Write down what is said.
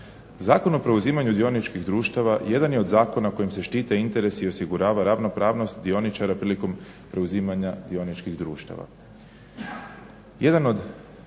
Zakon o preuzimanju dioničkih društava jedan je od zakona kojim se štite interesi i osigurava ravnopravnost dioničara prilikom preuzimanja dioničkih društava.